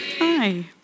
Hi